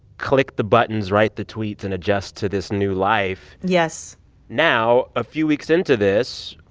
click the buttons, write the tweets and adjust to this new life yes now, a few weeks into this,